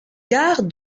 gare